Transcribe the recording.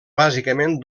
bàsicament